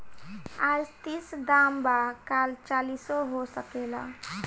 आज तीस दाम बा काल चालीसो हो सकेला